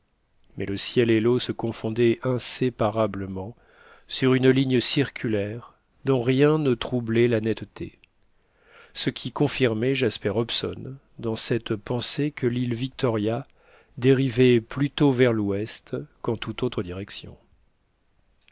mais le ciel et l'eau se confondaient inséparablement sur une ligne circulaire dont rien ne troublait la netteté ce qui confirmait jasper hobson dans cette pensée que l'île victoria dérivait plutôt vers l'ouest qu'en toute autre direction